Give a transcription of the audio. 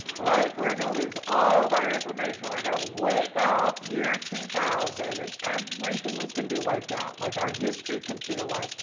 right? we're going to lose all of our information. we're going to wake up year two thousand, and everything was going to be wiped out. like, our history, computer wise,